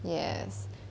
yes